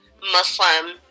Muslim